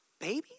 Babies